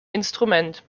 instrument